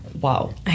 wow